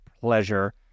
pleasure